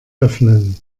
öffnen